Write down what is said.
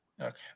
Okay